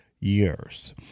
years